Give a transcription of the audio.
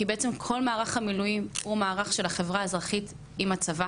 כי בעצם כל המערך המילואים הוא מערך של החברה האזרחית עם הצבא